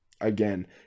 again